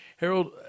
Harold